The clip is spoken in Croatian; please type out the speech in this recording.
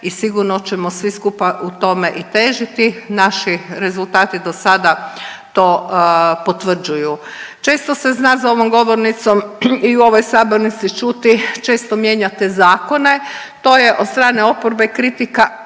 i sigurno ćemo svi skupa tome i težiti. Naši rezultati do sada to potvrđuju. Često se zna za ovom govornicom i u ovoj sabornici čuti često mijenjate zakone. To je od strane oporbe kritika